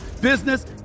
business